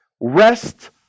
rest